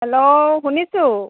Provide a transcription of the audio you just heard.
hello শুনিছোঁ